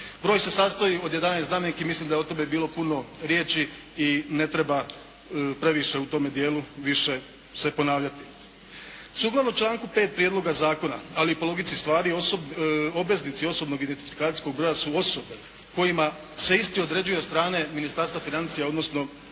Broj se sastoji od 11 znamenki i mislim da je o tome bilo puno riječi i ne treba previše u tome dijelu više se ponavljati. Sukladno članku 5. prijedloga zakona, ali i po logici stvari, obveznici osobnog identifikacijskog broj su osobe kojima se isti određuje od strane Ministarstva financija, odnosno porezne